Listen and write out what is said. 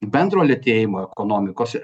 bendro lėtėjimo ekonomikos